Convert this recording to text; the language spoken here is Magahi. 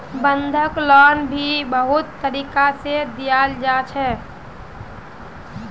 बंधक लोन भी बहुत तरीका से दियाल जा छे